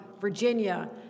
Virginia